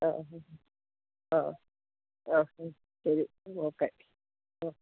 ആഹാ ആ ആ ശരി ഓക്കെ ആ